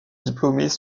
diplômés